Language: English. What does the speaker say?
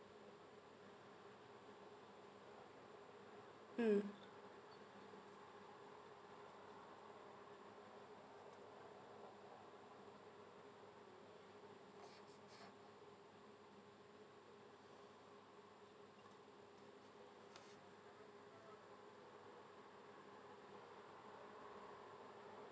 mm